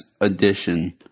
edition